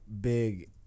big